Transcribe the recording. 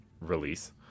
Release